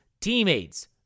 teammates